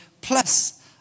plus